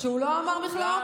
שהוא לא אמר מכלאות?